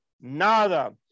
nada